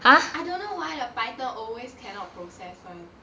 I don't know why the Python always cannot process [one]